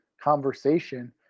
conversation